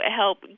help